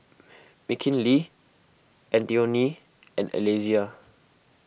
Mckinley Antione and Alesia